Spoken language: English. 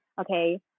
okay